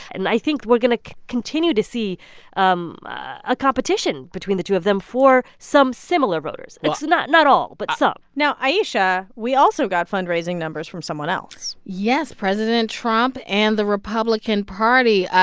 and i think we're going to continue to see um a competition between the two of them for some similar voters well. not not all, but some so now, ayesha, we also got fundraising numbers from someone else yes president trump and the republican party.